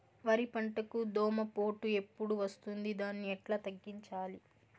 వరి పంటకు దోమపోటు ఎప్పుడు వస్తుంది దాన్ని ఎట్లా తగ్గించాలి?